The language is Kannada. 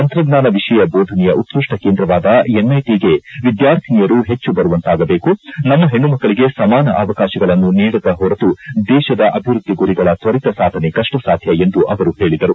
ತಂತ್ರಜ್ಞಾನ ವಿಷಯ ಬೋಧನೆಯ ಉತ್ತಷ್ಷ ಕೇಂದ್ರವಾದ ಎನ್ಐಟಗೆ ವಿದ್ವಾರ್ಥಿನಿಯರು ಹೆಚ್ಚು ಬರುವಂತಾಗಬೇಕು ನಮ್ಮ ಹೆಣ್ಣು ಮಕ್ಕಳಿಗೆ ಸಮಾನ ಅವಕಾಶಗಳನ್ನು ನೀಡದ ಹೊರತು ದೇಶದ ಅಭಿವೃದ್ಧಿ ಗುರಿಗಳ ತ್ವರಿತ ಸಾಧನೆ ಕಪ್ಪಸಾಧ್ಯ ಎಂದು ಅವರು ಹೇಳಿದರು